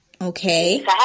Okay